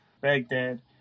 Baghdad